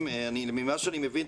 ממה שאני מבין,